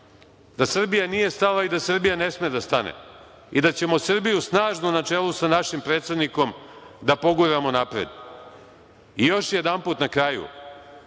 da Srbija nije stala i da Srbija ne sme da stane i da ćemo Srbiju snažno, na čelu sa našim predsednikom, da poguramo napred. Još jedanput na kraju,